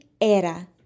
era